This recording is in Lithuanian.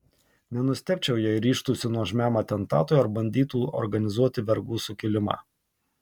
nenustebčiau jei ryžtųsi nuožmiam atentatui ar bandytų organizuoti vergų sukilimą